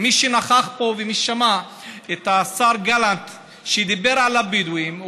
מי שנכח פה ושמע את השר גלנט שדיבר על הבדואים,